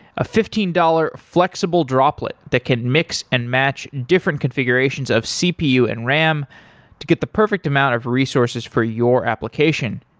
a fifteen dollars flexible droplet that can mix and match different configurations of cpu and ram to get the perfect amount of resources for your application.